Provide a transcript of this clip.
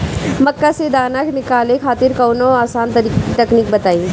मक्का से दाना निकाले खातिर कवनो आसान तकनीक बताईं?